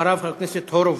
אחריו, חבר הכנסת הורוביץ.